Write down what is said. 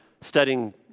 studying